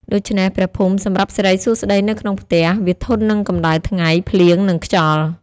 ដូច្នេះ ព្រះភូមិសម្រាប់សិរីសួស្តីនៅក្នុងផ្ទះ វាធន់នឹងកម្ដៅថ្ងៃ ភ្លៀង និងខ្យល់។